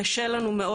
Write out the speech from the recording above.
קשה לנו מאוד.